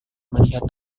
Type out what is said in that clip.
melihat